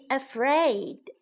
afraid